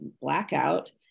blackout